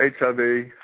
HIV